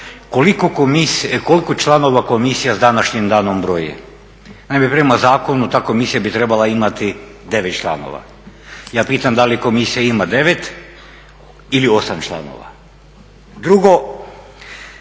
koliko članova Komisija s današnjim danom broji? Naime, prema zakonu ta Komisija bi trebala imati 9 članova. Ja pitam da li Komisija ima 9 ili 8 članova? Drugo,